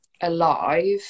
alive